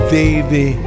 baby